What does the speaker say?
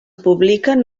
publiquen